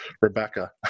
Rebecca